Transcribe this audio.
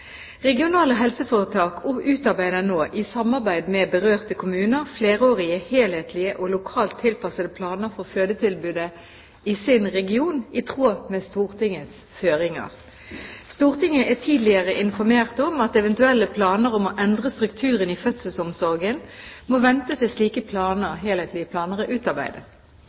Regionale helseforetak utarbeider nå i samarbeid med berørte kommuner flerårige, helhetlige og lokalt tilpassede planer for fødetilbudet i sin region, i tråd med Stortingets føringer. Stortinget er tidligere informert om at eventuelle planer om å endre strukturen i fødselsomsorgen må vente til slike helhetlige planer er utarbeidet.